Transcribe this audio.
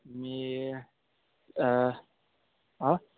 मी आं